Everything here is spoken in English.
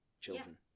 children